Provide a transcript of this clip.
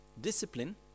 Discipline